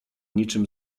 niczym